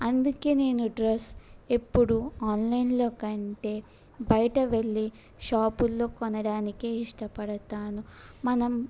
అందుకని నేను డ్రెస్ ఎప్పుడు ఆన్లైన్లో కంటే బయట వెళ్ళి షాపులలోకొనడానికే ఇష్టపడతాను మనం